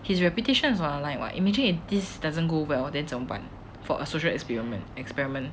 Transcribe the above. his reputation is on the line [what] imagine if this doesn't go well then 怎么办 for a social experiment experiment